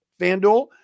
FanDuel